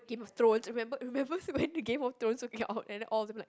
Game of Thrones remember remember when the Game of Throne came out and then all of them like